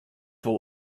wol